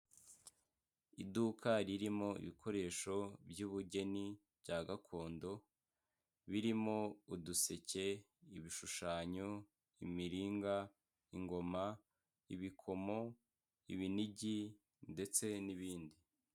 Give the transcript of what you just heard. Iduka ririmo ibikoresho by'ubugeni bya gakondo, birimo uduseke, ibishushanyo, imiringa ingoma, ibikomo, ibininigi ndetse n'ibindi.